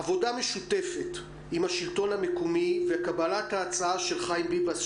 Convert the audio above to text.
עבודה משותפת עם השלטון המקומי וקבלת ההצעה של חיים ביבס,